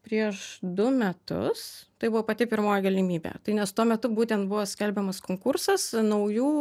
prieš du metus tai buvo pati pirmoji galimybė tai nes tuo metu būtent buvo skelbiamas konkursas naujų